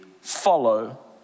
follow